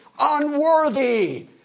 unworthy